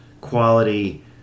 quality